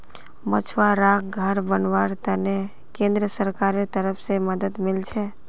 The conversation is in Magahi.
मछुवाराक घर बनव्वार त न केंद्र सरकारेर तरफ स मदद मिल छेक